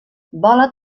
vola